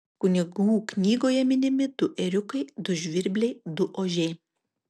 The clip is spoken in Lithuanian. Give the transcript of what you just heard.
kunigų knygoje minimi du ėriukai du žvirbliai du ožiai